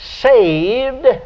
saved